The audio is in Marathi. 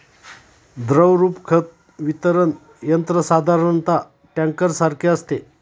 द्रवरूप खत वितरण यंत्र साधारणतः टँकरसारखे असते